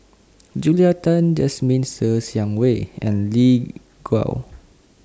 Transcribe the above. Julia Tan Jasmine Ser Xiang Wei and Lin Gao